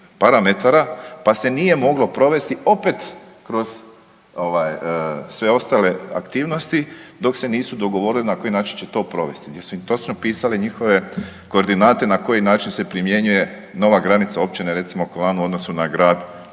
parametara pa se nije moglo provesti opet kroz ovaj sve ostale aktivnosti dok se nisu dogovorili na koji način će to provesti, gdje su im točno pisale njihove koordinate na koji način se primjenjuje nova granica općine, recimo, Kolan u odnosu na grad